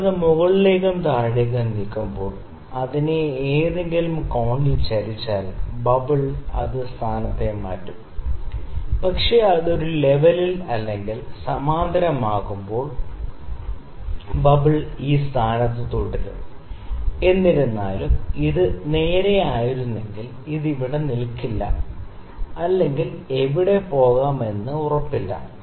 നിങ്ങൾ അത് മുകളിലേക്കും താഴേക്കും നീക്കുമ്പോൾ അതിനെ ഏതെങ്കിലും കോണിൽ ചരിഞ്ഞാൽ ബബിൾ അത് സ്ഥാനത്തെ മാറ്റും പക്ഷേ അത് ഒരു ലെവലിൽ അല്ലെങ്കിൽ സമാന്തരമാകുമ്പോൾ ബബിൾ ഈ സ്ഥാനത്ത് തുടരും എന്നിരുന്നാലും ഇത് നേരെആയിരുന്നെങ്കിൽ അത് ഇവിടെ നിൽക്കില്ല അല്ലെങ്കിൽ എവിടെ പോകാമെന്നതിന് ഉറപ്പില്ല